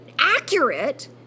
accurate